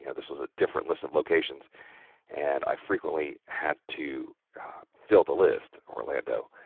you know this was a different list of locations and i frequently had to fill the list, orlando,